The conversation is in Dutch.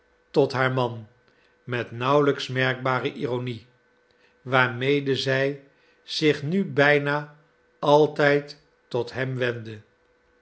tot haar man met nauwelijks merkbare ironie waarmede zij zich nu bijna altijd tot hem wendde